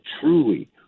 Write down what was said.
truly